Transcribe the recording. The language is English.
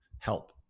help